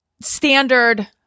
standard